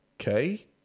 okay